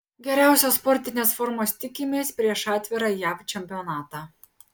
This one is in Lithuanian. geriausios sportinės formos tikimės prieš atvirą jav čempionatą